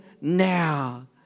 now